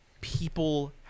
people